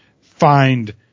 find